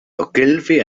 ogilvy